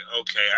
okay